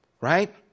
Right